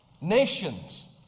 Nations